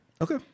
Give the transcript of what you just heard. Okay